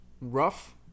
rough